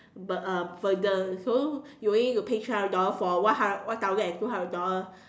bur~ uh burden so you only need to pay three hundred dollar for one hundred one thousand and two hundred dollar